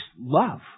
love